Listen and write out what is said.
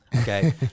okay